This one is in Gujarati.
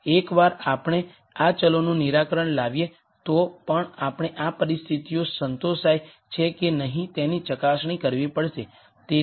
એકવાર આપણે આ ચલોનું નિરાકરણ લાવીએ તો પણ આપણે આ પરિસ્થિતિઓ સંતોષાય છે કે નહીં તેની ચકાસણી કરવી પડશે